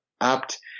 apt